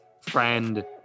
friend